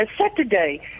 Saturday